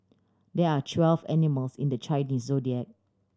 there are twelve animals in the Chinese Zodiac